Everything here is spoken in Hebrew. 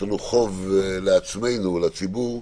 חוב לעצמנו, לציבור,